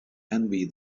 envy